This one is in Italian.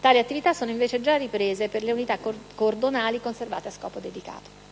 tali attività sono invece già riprese per le unità cordonali conservate a scopo dedicato.